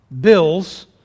bills